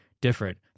different